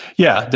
yeah.